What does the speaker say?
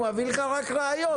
הוא מביא לך רק ראיות,